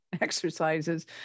exercises